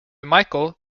michael